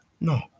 No